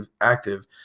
active